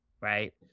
right